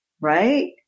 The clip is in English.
right